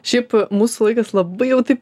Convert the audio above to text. šiaip mūsų laikais labai jau taip